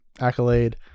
accolade